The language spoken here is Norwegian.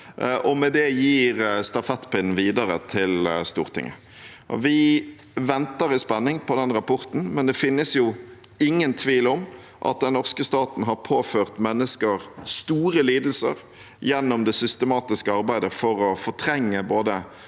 med det gir stafettpinnen videre til Stortinget. Vi venter i spenning på den rapporten, men det finnes ingen tvil om at den norske staten har påført mennesker store lidelser gjennom det systematiske arbeidet for å fortrenge både